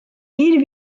bir